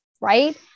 right